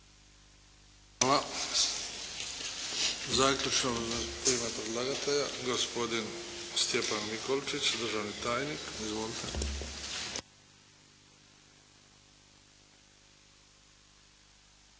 Hvala. Zaključno u ime predlagatelja, gospodin Stjepan Mikolčić, državni tajnik. Izvolite.